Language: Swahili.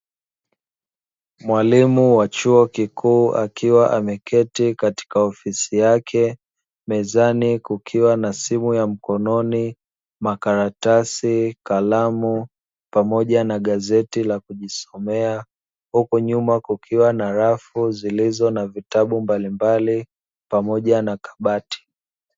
Mwalimu wa chuo kikuu akiwa ameketi katika ofisi yake mezani kukiwa na simu ya mkononi, makaratasi, kalamu pamoja na gazeti la kujisomea, huku nyuma kukiwa rafu zilizo na vitabu mbalimbali pamoja na kabati.